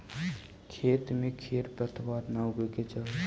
खेत में खेर पतवार न उगे के चाही